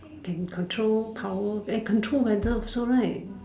can control power can control weather also right